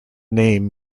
name